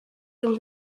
can